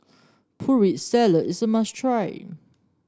Putri Salad is a must try